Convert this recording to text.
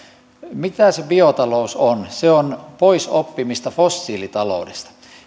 mitä se biotalous on se on poisoppimista fossiilitaloudesta